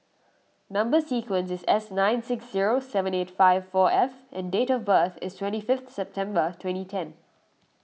Number Sequence is S nine six zero seven eight five four F and date of birth is twenty fifth September twenty ten